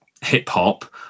hip-hop